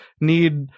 need